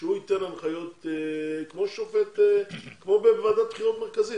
שהוא ייתן הנחיות כמו בוועדת בחירות המרכזית